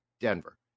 Denver